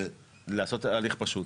לעשות הליך פשוט.